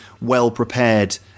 well-prepared